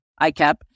ICAP